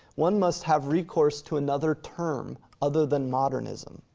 one must have recourse to another term other than modernism,